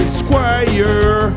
squire